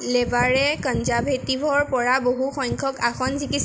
লেবাৰে কনজাৰ্ভেটিভৰ পৰা বহু সংখ্যক আসন জিকিছিল